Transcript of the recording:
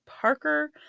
parker